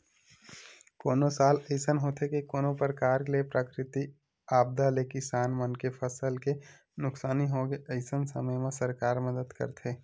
कोनो साल अइसन होथे के कोनो परकार ले प्राकृतिक आपदा ले किसान मन के फसल के नुकसानी होगे अइसन समे म सरकार मदद करथे